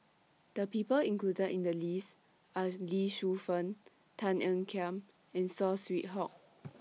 The People included in The list Are Lee Shu Fen Tan Ean Kiam and Saw Swee Hock